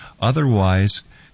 Otherwise